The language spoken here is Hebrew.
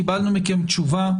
קיבלנו מכם תשובה,